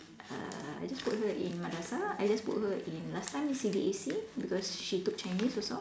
uh I just put her in madrasah I just put her in last time C_D_A_C because she took Chinese also